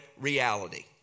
reality